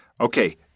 Okay